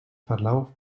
verlauf